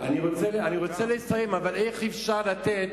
אני רוצה לסיים, אבל איך אפשר לתת